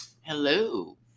hello